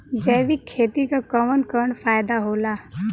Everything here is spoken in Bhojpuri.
जैविक खेती क कवन कवन फायदा होला?